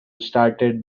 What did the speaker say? started